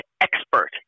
expert